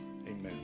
amen